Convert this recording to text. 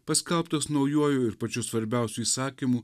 paskelbtas naujuoju ir pačiu svarbiausiu įsakymu